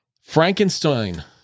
Frankenstein